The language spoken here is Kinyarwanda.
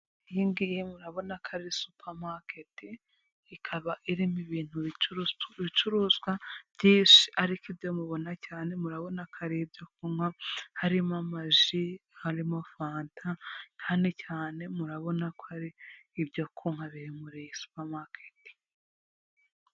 Iyi ngiyi yo murabona ko ari supermarket ikaba irimo ibintu ibicuruzwa byinshi, ariko ibyo mubona cyane murabona ko ari ibyo kunywa harimo amaji, harimo fanta cyane cyane murabona ko ari ibyo kunywa biri muri supermarket.